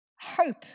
Hope